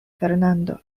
fernando